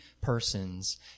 persons